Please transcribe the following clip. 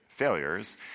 failures